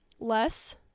less